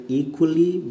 equally